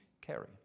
carry